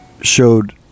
Showed